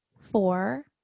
Four